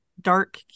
dark